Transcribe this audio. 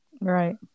Right